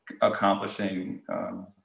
accomplishing